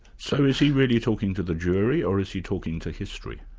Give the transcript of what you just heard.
so is he really talking to the jury or is he talking to history?